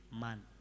man